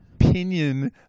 opinion